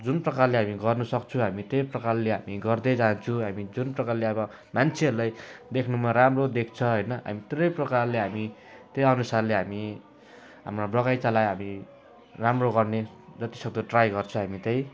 जुन प्रकारले हामी गर्नुसक्छु हामी त्यही प्रकारले हामी गर्दै जान्छु हामी जुन प्रकारले अब मान्छेहरूलाई देख्नुमा राम्रो देख्छ होइन हामी तिनै प्रकारले हामी त्यहीअनुसारले हामी हाम्रो बगैँचालाई हामी राम्रो गर्ने जतिसक्दो ट्राई गर्छ हामी त्यही